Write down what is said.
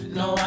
no